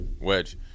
wedge